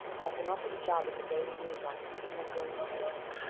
i've been offered a job in the daily news office and i'm going to take it.